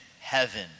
heaven